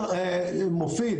מופיד,